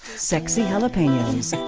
sexy jalapenos.